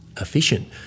efficient